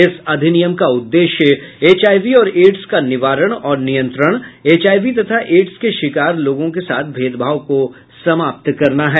इस अधिनियम का उद्देश्य एचआईवी और एड्स का निवारण और नियंत्रण एचआईवी तथा एड्स के शिकार लोगों के साथ भेदभाव को समाप्त करना है